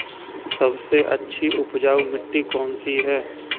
सबसे अच्छी उपजाऊ मिट्टी कौन सी है?